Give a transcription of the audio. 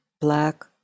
black